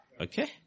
Okay